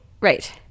right